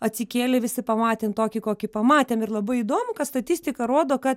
atsikėlę visi pamatėm tokį kokį pamatėm ir labai įdomu kad statistika rodo kad